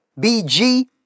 BG